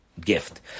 gift